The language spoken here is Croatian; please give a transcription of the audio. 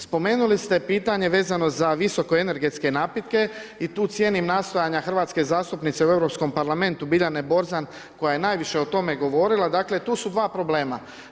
Spomenuli ste pitanje vezano za visokoenergetske napitke i tu cijenim nastojanja hrvatske zastupnice u Europskom parlamentu Biljane Borzan koja je najviše o tome govorila, dakle tu su dva problema.